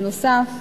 בנוסף,